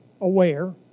aware